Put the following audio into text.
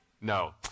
No